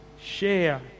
share